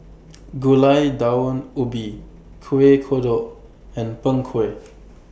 Gulai Daun Ubi Kuih Kodok and Png Kueh